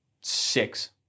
six